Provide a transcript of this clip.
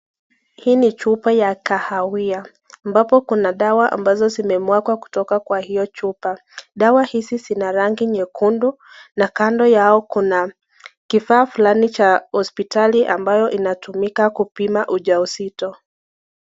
Hii ni chupa ya kahawia. Ambapo kuna dawa ambazo zimemwagwa kutoka kwa hio chupa. Dawa hizi zina rangi nyekundu na kando yao kuna kifaa fulani cha hospitali ambayo inatumika kupima ujauzito.